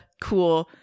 cool